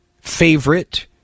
favorite